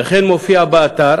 וכן מופיע באתר